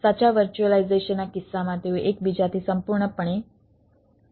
સાચા વર્ચ્યુઅલાઈઝેશનના કિસ્સામાં તેઓ એકબીજાથી સંપૂર્ણપણે અલગ છે